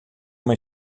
uma